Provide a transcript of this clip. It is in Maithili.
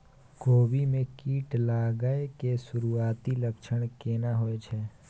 कोबी में कीट लागय के सुरूआती लक्षण केना होय छै